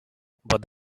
but